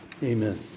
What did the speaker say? Amen